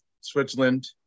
Switzerland